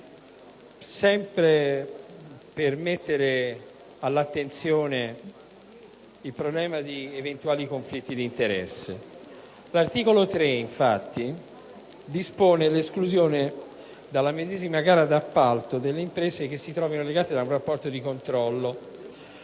sempre per porre all'attenzione il problema di eventuali conflitti di interesse. L'articolo 3, infatti, dispone l'esclusione dalla medesima gara di appalto delle imprese che si trovino legate da un rapporto di controllo,